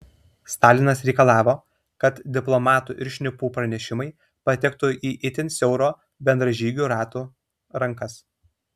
stalinas reikalavo kad diplomatų ir šnipų pranešimai patektų į itin siauro bendražygių rato rankas